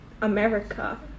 america